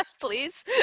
please